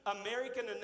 American